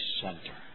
center